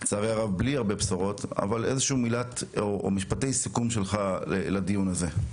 לצערי בלי הרבה בשורות אבל איזשהו משפטי סיכום שלך לדיון הזה.